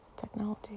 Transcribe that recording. technology